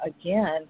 again